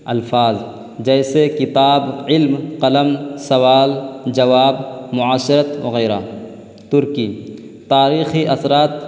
الفاظ جیسے کتاب علم قلم سوال جواب معاثرت وغیرہ ترکی تاریخی اثرات